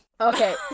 Okay